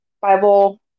Bible